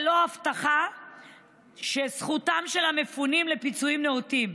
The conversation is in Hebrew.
ללא הבטחה שזכותם של המפונים לפיצויים נאותים.